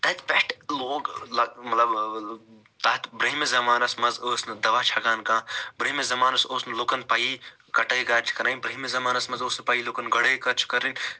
تتہِ پٮ۪ٹھ لوگ لگ مطلب ٲں تَتھ برٛونٛہمِس زَمانَس منٛز ٲس نہٕ دوا چھَکان کانٛہہ برٛونٛہمِس زَمانَس اوس نہٕ لوٗکَن پَیی کَٹٲے کر چھِ کرٕنۍ برٛونٛہمِس زَمانَس اوس نہٕ لوٗکَن پیی گۄڈٲے کر چھِ کرٕنۍ